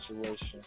situation